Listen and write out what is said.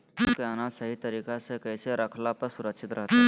गेहूं के अनाज सही तरीका से कैसे रखला पर सुरक्षित रहतय?